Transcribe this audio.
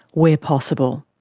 where possible'.